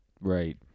right